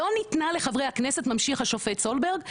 "..לא ניתנה לחברי הכנסת.." ממשיך השופט סולברג,